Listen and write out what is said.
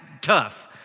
tough